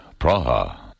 Praha